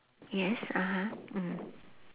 yes (uh huh) mm